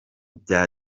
bya